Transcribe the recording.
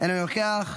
אינו נוכח,